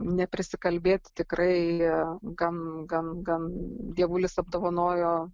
neprisikalbėt tikrai gan gan gan dievulis apdovanojo